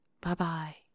Bye-bye